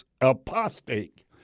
apostate